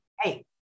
hey